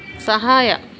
ಸಹಾಯ